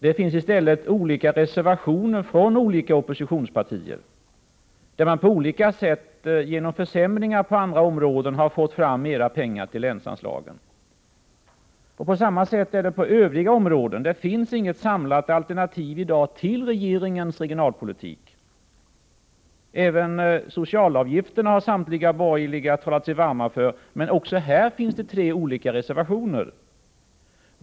Det finns i stället olika reservationer från olika oppositionspartier. Man har på olika sätt genom försämringar på andra områden fått fram mera pengar till länsanslagen. På samma sätt är det när det gäller de övriga områdena. Det finns inget samlat alternativ i dag till regeringens regionalpolitik. Även socialavgifterna har samtliga borgerliga talat sig varma för. Men även här finns tre olika reservationer.